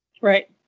right